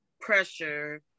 pressure